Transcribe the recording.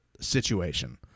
situation